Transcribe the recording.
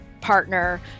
partner